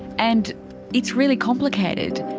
and it's really complicated,